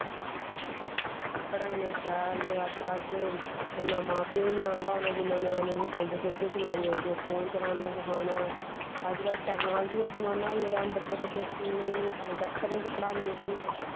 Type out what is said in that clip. पढ़ाइयां शैल न अजकल ते इन्ना मा प्यो गी निं औंदा होना जिन्ना ञ्याणें इ'यां चलदे फिरदे सनाई ओड़दे फोन चलाना सखाना अजकल टैकनालजी दा जमाना आई गेदा हून बड्डे बड्डे च उ'नें ई प्रोजैकटरें च पढ़ांदे भाई